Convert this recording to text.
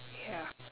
ya